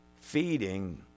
Feeding